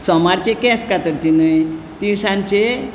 सोमारचे केंस कातरचे न्हय तिनसानचें